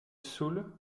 soul